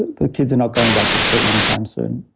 the kids are not going back to school anytime soon.